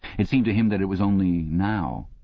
it seemed to him that it was only now,